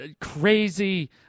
crazy